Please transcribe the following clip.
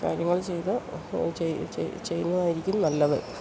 കാര്യങ്ങൾ ചെയ്യുക ചെയ്യുന്നതായിരിക്കും നല്ലത്